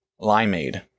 Limeade